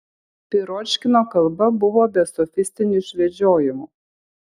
piročkino kalba buvo be sofistinių išvedžiojimų